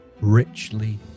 richly